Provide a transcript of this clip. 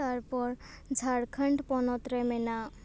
ᱛᱟᱨᱯᱚᱨ ᱡᱷᱟᱲᱠᱷᱚᱱᱰ ᱯᱚᱱᱚᱛ ᱨᱮ ᱢᱮᱱᱟᱜ